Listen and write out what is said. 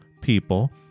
people